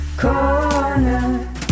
Corner